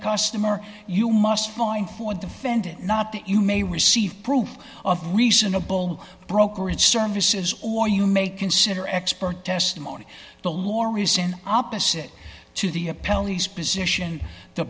customer you must find for defendant not that you may receive proof of reasonable brokerage services or you may consider expert testimony the laureus in opposite to the a pelleas position the